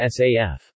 SAF